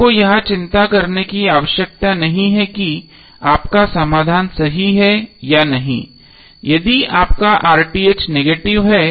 आपको यह चिंता करने की आवश्यकता नहीं है कि आपका समाधान सही है या नहीं यदि आपका नेगेटिव है